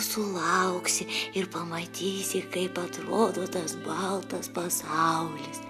sulauksi ir pamatysi kaip atrodo tas baltas pasaulis